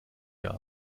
mir